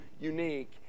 unique